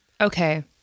Okay